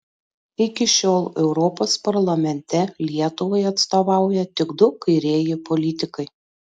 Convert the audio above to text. iki šiol europos parlamente lietuvai atstovauja tik du kairieji politikai